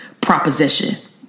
proposition